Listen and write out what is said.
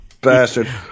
bastard